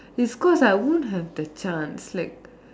is cause I won't have the chance like